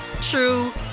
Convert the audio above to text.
true